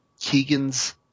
Keegan's